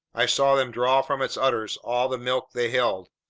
i saw them draw from its udders all the milk they held,